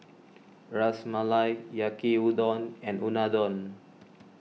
Ras Malai Yaki Udon and Unadon